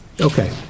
Okay